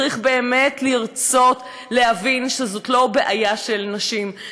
צריך באמת לרצות להבין שזאת לא בעיה של נשים,